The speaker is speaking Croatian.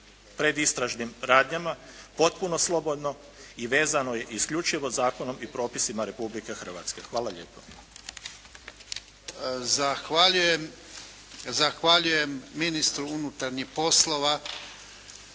predistražnim radnjama potpuno slobodno i vezano je isključivo zakonom i propisima Republike Hrvatske. Hvala lijepo. **Jarnjak, Ivan (HDZ)** Zahvaljujem ministru unutarnjih poslova